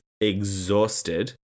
exhausted